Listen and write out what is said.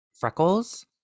freckles